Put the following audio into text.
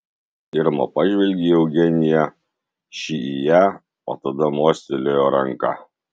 irma pažvelgė į eugeniją ši į ją o tada mostelėjo ranka